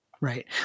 right